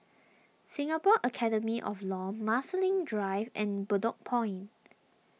Singapore Academy of Law Marsiling Drive and Bedok Point